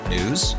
News